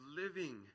living